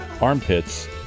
armpits